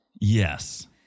Yes